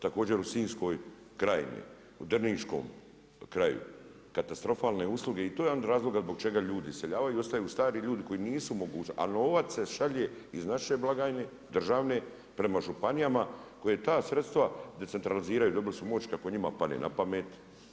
Također u Sinjskoj Krajini, u Drniškom kraju, katastrofalne usluge i to je jedan od razlog zbog čega ljudi iseljavaju i ostaju stari ljudi koji nisu u mogućnosti a novac se šalje iz naše blagajne, države prema županijama koje ta sredstva decentraliziraju, dobili su moć kako njima padne na pamet.